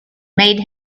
made